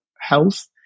health